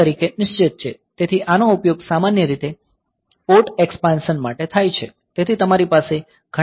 તેથી આનો ઉપયોગ સામાન્ય રીતે પોર્ટ એક્સ્પાંસન માટે થાય છે તેથી તમારી પાસે ઘણા વધારાના બિટ્સ અને નિયંત્રણ પણ હોય છે